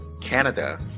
Canada